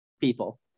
people